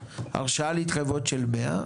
הרשאה להתחייבויות של 100 -- נכון.